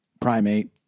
primate